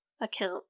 account